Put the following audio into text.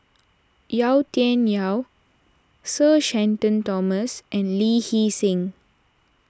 Yau Tian Yau Sir Shenton Thomas and Lee Hee Seng